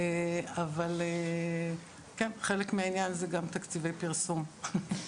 אבל כן חלק מהעניין הוא גם תקציבי פרסום.